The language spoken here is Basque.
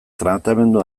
tratamendu